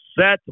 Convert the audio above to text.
set